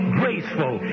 graceful